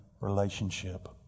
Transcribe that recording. relationship